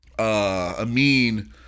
Amin